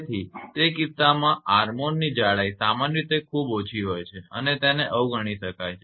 તેથી તે કિસ્સામાં આર્મોરકવચની જાડાઈ સામાન્ય રીતે ખૂબ ઓછી હોય છે અને તેને અવગણી શકાય છે